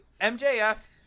mjf